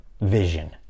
vision